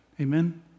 Amen